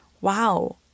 wow